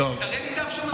תראה לי דף שמסדיר את זה,